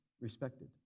respected